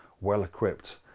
well-equipped